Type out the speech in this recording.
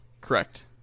correct